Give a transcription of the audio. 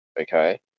okay